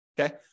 Okay